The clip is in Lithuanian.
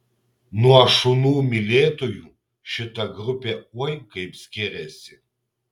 nuo šunų mylėtojų šita grupė oi kaip skiriasi